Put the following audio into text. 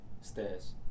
stairs